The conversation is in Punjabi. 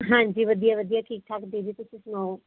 ਹਾਂਜੀ ਵਧੀਆ ਵਧੀਆ ਠੀਕ ਠਾਕ ਤੁਸੀਂ 'ਤੇ ਸੁਣਾਓ